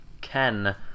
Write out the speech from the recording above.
Ken